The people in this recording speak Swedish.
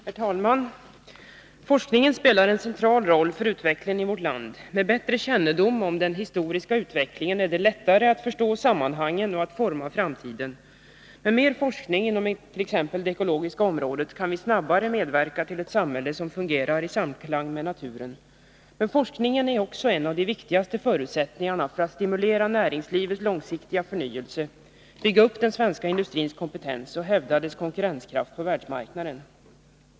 Herr talman! Forskningen spelar en central roll för utvecklingen i vårt land. Med bättre kännedom om den historiska utvecklingen är det lättare att förstå sammanhangen och att forma framtiden. Med mer forskning inom exempelvis det ekologiska området kan vi snabbare medverka till ett samhälle som fungerar i samklang med naturen. Men forskningen är också en av de viktigaste förutsättningarna för att stimulera näringslivets långsiktiga förnyelse, bygga upp den svenska industrins kompetens och hävda dess konkurrenskraft på världsmarknaden.